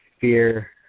fear